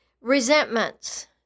Resentments